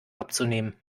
abzunehmen